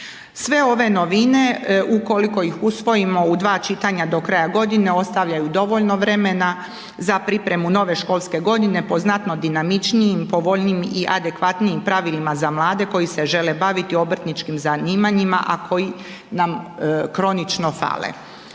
Sve one novine, ukoliko ih usvojimo, u 2 čitanja do kraja godine, ostavljaju dovoljno vremena za pripremu nove školske godine po znatno dinamičnijim, povoljnijim i adekvatnijim pravilima za mlade koji se žele baviti obrtničkim zanimanjima, a koji nam kronično fale.